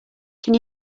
can